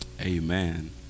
amen